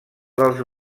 dels